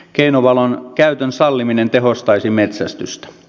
keinovalon käytön salliminen tehostaisi metsästystä